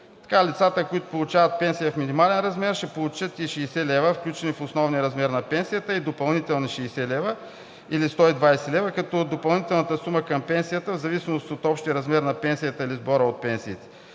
лицата, получаващи пенсия в минимален размер, ще получат и 60 лв., включени в основния размер на пенсията, и допълнителни 60 лв. или 120 лв., като допълнителната сума към пенсията е в зависимост от общия размер на пенсията или сборът от пенсии.